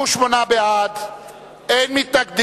ההצעה